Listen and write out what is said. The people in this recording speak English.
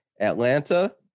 Atlanta